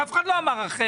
אף אחד לא אמר אחרת,